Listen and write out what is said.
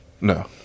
No